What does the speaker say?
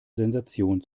sensation